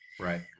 Right